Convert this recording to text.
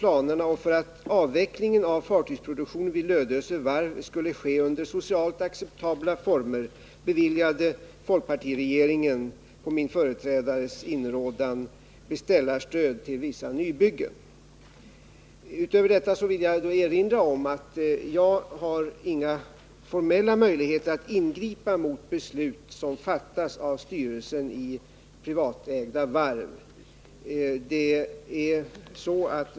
fartygsproduktionen vid Lödöse Varf skulle ske under socialt acceptabla former beviljade folkpartiregeringen på min företrädares inrådan beställarstöd till vissa nybyggen. Utöver detta vill jag erinra om att jag inte har några formella möjligheter att ingripa mot beslut som fattas av styrelsen i ett privatägt varv.